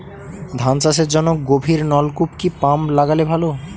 ধান চাষের জন্য গভিরনলকুপ কি পাম্প লাগালে ভালো?